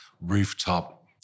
rooftop